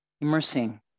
immersing